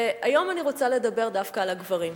והיום אני רוצה לדבר דווקא על הגברים.